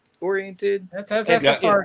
oriented